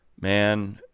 man –